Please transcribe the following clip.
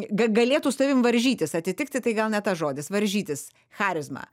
ga galėtų su tavim varžytis atitikti tai gal ne tas žodis varžytis charizma